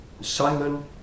Simon